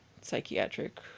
psychiatric